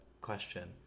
question